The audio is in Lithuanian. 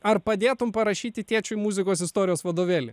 ar padėtum parašyti tėčiui muzikos istorijos vadovėlį